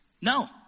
no